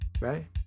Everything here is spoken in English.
right